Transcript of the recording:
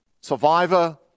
Survivor